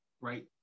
right